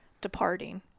departing